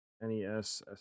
NES